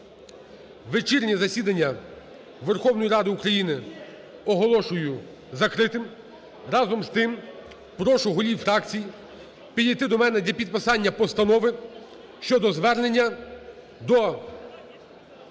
вечірнє засідання Верховної Ради України оголошую закритим. Разом з тим, прошу голів фракцій підійти до мене для підписання Постанови щодо звернення до